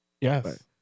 Yes